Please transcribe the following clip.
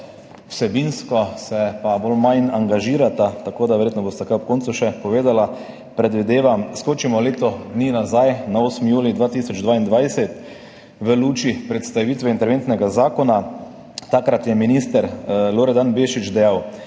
vsebinsko se pa manj angažirata, tako da verjetno bosta kaj ob koncu še povedala, predvidevam. Skočimo leto dni nazaj, na 8. julij 2022. V luči predstavitve interventnega zakona je takrat minister Bešič Loredan